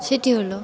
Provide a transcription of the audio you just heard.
সেটি হলো